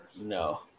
No